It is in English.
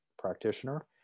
practitioner